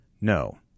No